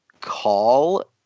call